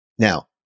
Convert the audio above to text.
Now